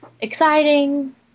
exciting